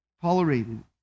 tolerated